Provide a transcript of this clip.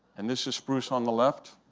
and this is spruce on the left,